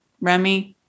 Remy